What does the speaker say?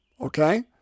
okay